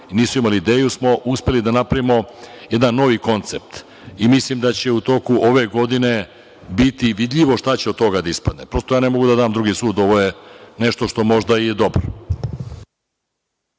nisu imali ideju, uspeli smo da napravimo jedan novi koncept. Mislim da će u toku ove godine biti vidljivo šta će od toga da ispadne. Ja ne mogu da dam drugi sud. Ovo je nešto što je možda i dobro.